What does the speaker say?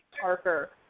Parker